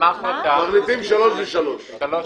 מחליטים שלוש ושלוש.